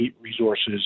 resources